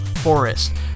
Forest